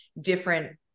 different